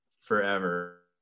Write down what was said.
forever